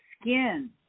skin